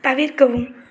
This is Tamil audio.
தவிர்க்கவும்